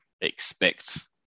expect